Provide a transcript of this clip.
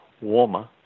warmer